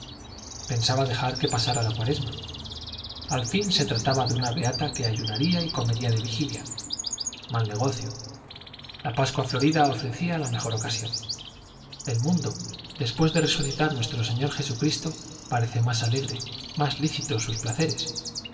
pensaba dejar que pasara la cuaresma al fin se trataba de una beata que ayunaría y comería de vigilia mal negocio la pascua florida ofrecía la mejor ocasión el mundo después de resucitar nuestro señor jesucristo parece más alegre más lícitos sus placeres